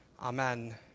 Amen